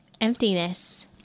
Emptiness